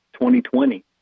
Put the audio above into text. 2020